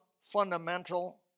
fundamental